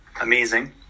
amazing